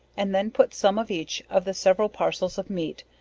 and then put some of each of the several parcels of meat,